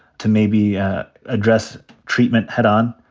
to maybe address treatment head on.